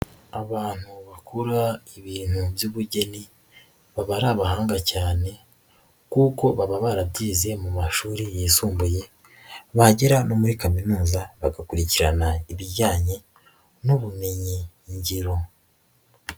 Abantu bakora ibintu by'ubugeni baba ari abahanga cyane, kuko baba barabyize mu mashuri yisumbuye bagera no muri kaminuza bagakurikirana ibijyanye n'ubumengiro.